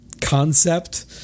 concept